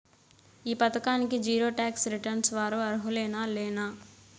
ఈ పథకానికి zero tax returns వారు అర్హులేనా లేనా?